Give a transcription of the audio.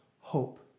Hope